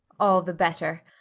all the better.